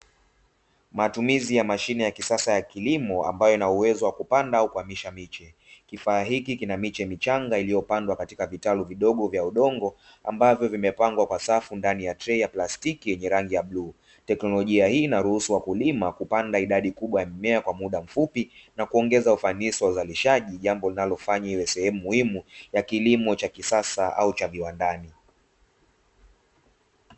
Matumizi ya mashine ya kisasa ya kilimo ambayo ina uwezo wa kupanda kuhamisha miche. Kifaa hiki kina miche michanga iliyopandwa katika vitalu vidogo vya udongo; ambavyo vimepangwa kwa safu ndani ya trei ya plastiki yenye rangi ya bluu. Teknolojia hii inaruhusu wakulima kupanda idadi kubwa ya mimea kwa muda mfupi na kuongeza ufanisi wa uzalishaji, jambo linalofanya iwe sehemu muhimu ya kilimo cha kisasa au cha viwandani.